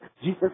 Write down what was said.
Jesus